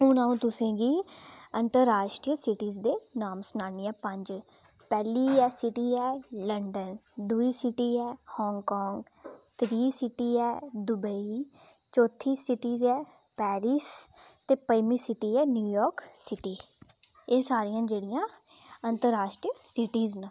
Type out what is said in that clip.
हून अ'ऊं तुसेंगी अंतरराश्ट्री सिटिज दे नाम सनानी आं पंज पैह्ली ऐ सिटी ऐ लंदन दुई सिटी ऐ हांगकांग त्री सिटी ऐ दुबेई चौथी सिटिज ऐ पैरिस ते पंजमी सिटी ऐ न्यूयार्क सिटी एह् सारियां जेह्ड़ियां अंतरराश्ट्री सिटीज न